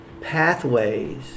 pathways